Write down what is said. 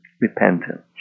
repentance